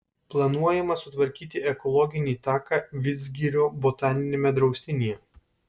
planuojama sutvarkyti ekologinį taką vidzgirio botaniniame draustinyje